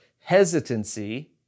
hesitancy